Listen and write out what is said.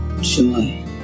joy